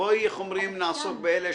בואי איך אומרים נעסוק באלה